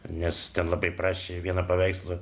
nes ten labai prašė vieną paveikslą